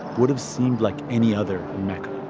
would have seemed like any other in mecca.